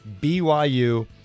BYU